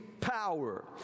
power